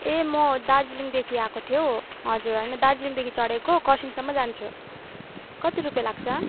ए म दार्जिलिङदेखि आएको थिएँ हौ हजुर होइन दार्जिलिङदेखि चढेको खरसाङसम्म जान्छु कति रुपियाँ लाग्छ